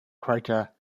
crater